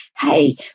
hey